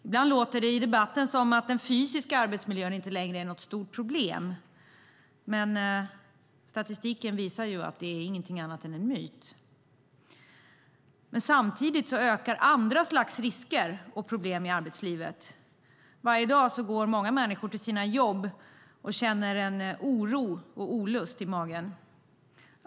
Ibland låter det i debatten som att den fysiska arbetsmiljön inte längre är något stort problem, men statistiken visar ju att det inte är någonting annat än en myt. Samtidigt ökar andra slags risker och problem i arbetslivet. Varje dag går många människor till sina jobb och känner en oro och en olust i magen.